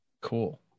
cool